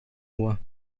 ohr